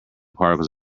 particles